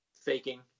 faking